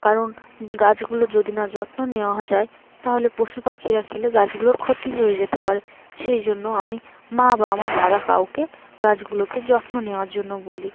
কারণ গাছগুলো যদি না যত্ন নেওয়া যায় তাহলে পশু পাখিরা খেলে গাছগুলোর ক্ষতি হয়ে যেতে পারে সেই জন্য আমি মা বা আমার দাদা কাউকে গাছগুলোকে যত্ন নেওয়ার জন্য বলি